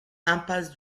impasse